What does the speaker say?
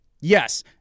yes